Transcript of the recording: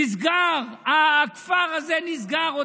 נסגר, הכפר הזה נסגר.